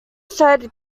fed